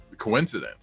coincidence